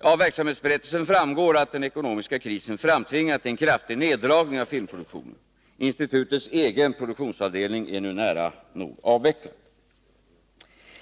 Av verksamhetsberättelsen framgår att den ekonomiska krisen framtvingat en kraftig neddragning av filmproduktionen. Institutets egen produktionsavdelning är nu nära nog avvecklad.